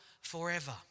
forever